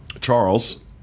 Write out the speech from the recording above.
Charles